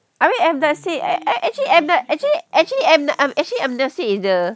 I mean actually added actually actually them the I'm actually say it's the